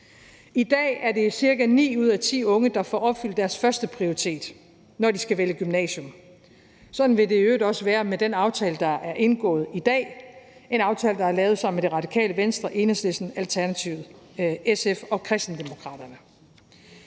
I dag er det cirka ni ud af ti unge, der får opfyldt deres førsteprioritet, når de skal vælge gymnasium. Sådan vil det i øvrigt også være med den aftale, der er indgået i dag – en aftale, der er lavet sammen med Radikale Venstre, Enhedslisten, Alternativet, SF og Kristendemokraterne.